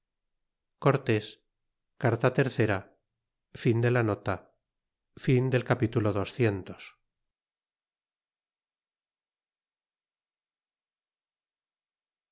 cortés carta iii